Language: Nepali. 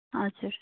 हजुर